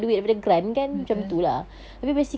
betul